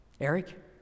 Eric